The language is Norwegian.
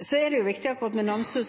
Så er det viktig akkurat når det gjelder Namsos,